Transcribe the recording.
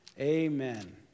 Amen